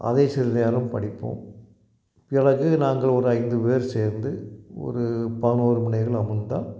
அதை சிறிது நேரம் படிப்போம் பிறகு நாங்கள் ஒரு ஐந்து பேர் சேர்ந்து ஒரு பதினோரு